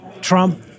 Trump